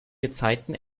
gezeiten